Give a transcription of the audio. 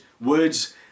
words